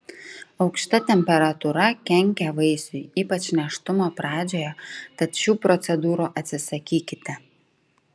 aukšta temperatūra kenkia vaisiui ypač nėštumo pradžioje tad šių procedūrų atsisakykite